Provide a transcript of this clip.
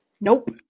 Nope